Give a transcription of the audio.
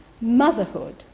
motherhood